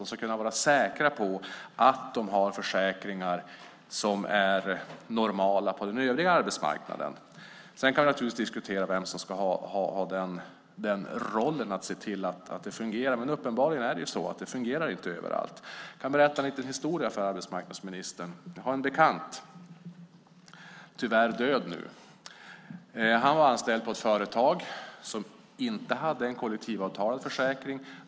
Man ska kunna vara säker på att man har samma försäkringar som finns på den övriga arbetsmarknaden. Sedan kan vi naturligtvis diskutera vem som ska se till att det fungerar, och uppenbarligen fungerar det inte överallt. Jag kan berätta en liten historia för arbetsmarknadsministern om en bekant till mig som tyvärr är död nu. Han var anställd på ett företag som inte hade en kollektivavtalad försäkring.